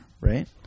right